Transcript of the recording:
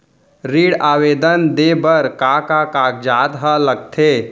ऋण आवेदन दे बर का का कागजात ह लगथे?